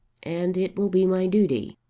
and it will be my duty.